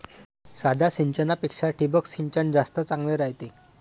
साध्या सिंचनापेक्षा ठिबक सिंचन जास्त चांगले रायते